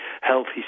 healthy